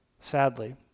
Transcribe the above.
Sadly